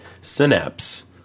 synapse